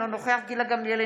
אינו נוכח גילה גמליאל,